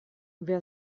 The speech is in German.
wer